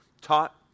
taught